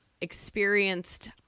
experienced